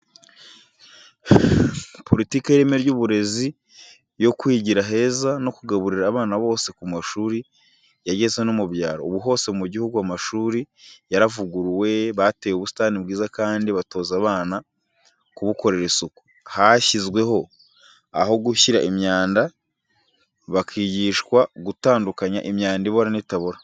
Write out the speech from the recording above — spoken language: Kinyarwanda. Politike y'ireme ry'uburezi yo kwigira heza no kugaburira abana bose ku mashuri yageze no mu byaro, ubu hose mu gihugu amashuri yaravuguruwe, bateye ubusita bwiza kandi batoza abana kubukorera isuku, hashyizweho aho gushyira imyanda bakigishwa gutandukanya imyanda ibora n'itabora.